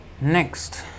Next